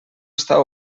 estar